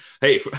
hey